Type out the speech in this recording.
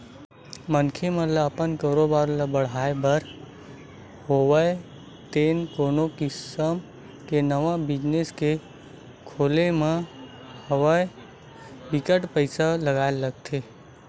मनखे मन ल अपन कारोबार ल बड़हाय बर होवय ते कोनो किसम के नवा बिजनेस के खोलब म होवय बिकट के पइसा चाही रहिथे